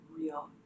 real